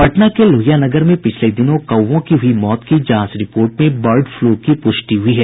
पटना के लोहिया नगर में पिछले दिनों कौवों की हुई मौत की जांच रिपोर्ट में बर्ड फ्लू की पुष्टि हुई है